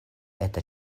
eta